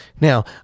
Now